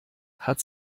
hat